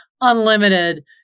unlimited